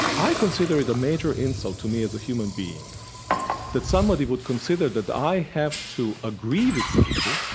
i consider it a major insult to me as a human being that somebody would consider that i have to agree with somebody